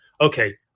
Okay